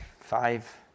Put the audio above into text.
five